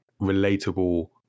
relatable